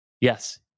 Yes